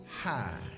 high